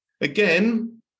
Again